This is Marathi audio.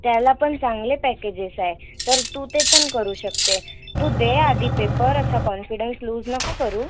त्याला पण चांगले पॅकेजेस आहे तर तू ते पण करू शकते तू दे आधी पेपर असा कॉन्फिडन्स लूज नको करू